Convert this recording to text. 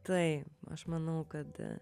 taip aš manau kad a